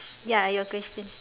ya your question